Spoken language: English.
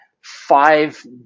five